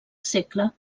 segle